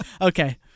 Okay